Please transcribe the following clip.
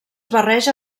barreja